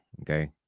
okay